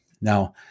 Now